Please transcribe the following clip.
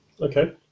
Okay